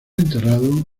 enterrado